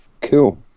cool